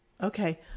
Okay